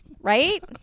right